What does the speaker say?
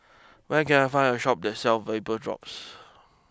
where can I find a Shop that sells Vapodrops